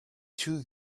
two